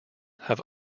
have